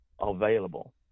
available